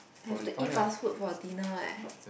have to eat fast food for a dinner right